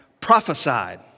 prophesied